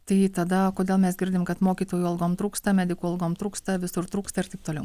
tai tada kodėl mes girdim kad mokytojų algom trūksta medikų algom trūksta visur trūksta ir taip toliau